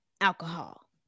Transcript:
Alcohol